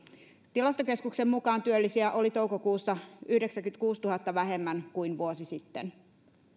tilastokeskuksen mukaan työllisiä oli toukokuussa yhdeksänkymmenenkuudentuhannen vähemmän kuin vuosi sitten